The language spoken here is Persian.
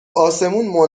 آسمون